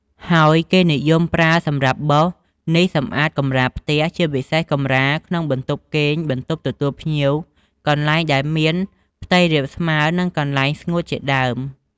ហើយគេនិយមប្រើសម្រាប់បោសនេះសម្អាតកម្រាលផ្ទះ ជាពិសេសកម្រាលក្នុងបន្ទប់គេង បន្ទប់ទទួលភ្ញៀវ កន្លែងដែលមានផ្ទៃរាបស្មើ និងកន្លែងស្ងួតជាដើម។